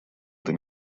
эта